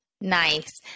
Nice